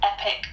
epic